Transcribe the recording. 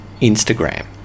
Instagram